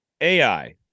AI